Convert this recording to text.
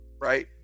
right